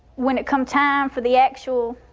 when it come time for the actual